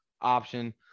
option